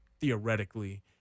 theoretically